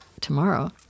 tomorrow